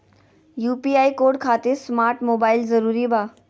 UPI code खातिर smart mobile जरूरी बा?